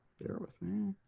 bear with me.